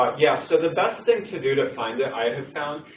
ah, yeah. so the best thing to do to find it, i have found,